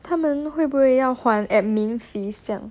他们会不会要还 admin fees 这样